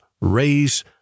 raise